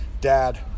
Dad